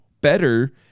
better